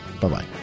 Bye-bye